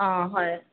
অঁ হয়